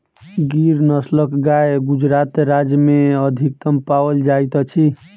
गिर नस्लक गाय गुजरात राज्य में अधिकतम पाओल जाइत अछि